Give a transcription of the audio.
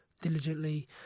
diligently